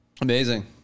Amazing